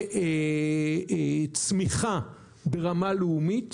לצמיחה ברמה לאומית.